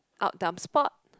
out dumb sport